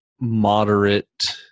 moderate